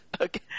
Okay